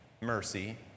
mercy